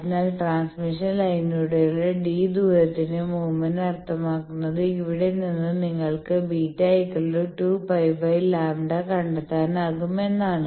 അതിനാൽ ട്രാൻസ്മിഷൻ ലൈനിലൂടെയുള്ള d ദൂരത്തിന്റെ മൂവ്മെന്റ് അർത്ഥമാക്കുന്നത് ഇവിടെ നിന്ന് നിങ്ങൾക്ക് ഇത് β2 π λ കണ്ടെത്താനാകും എന്നാണ്